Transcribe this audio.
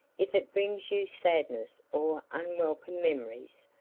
if it brings you sadness or unwelcome memories.